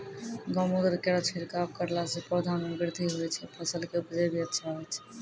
गौमूत्र केरो छिड़काव करला से पौधा मे बृद्धि होय छै फसल के उपजे भी अच्छा होय छै?